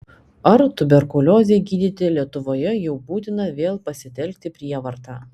ar tuberkuliozei gydyti lietuvoje jau būtina vėl pasitelkti prievartą